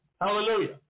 Hallelujah